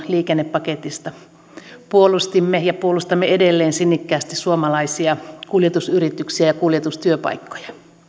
liikennepaketista puolustimme ja puolustamme edelleen sinnikkäästi suomalaisia kuljetusyrityksiä ja kuljetustyöpaikkoja